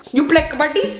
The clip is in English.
you play kabbadi?